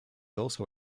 also